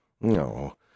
No